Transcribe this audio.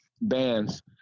bands